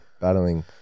battling